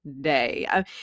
day